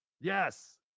Yes